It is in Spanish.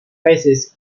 peces